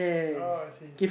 oh I see I see